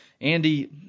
Andy